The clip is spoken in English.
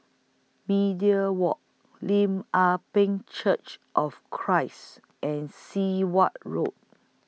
Media Walk Lim Ah Pin Church of Christ and Sit Wah Road